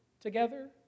together